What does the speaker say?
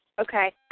Okay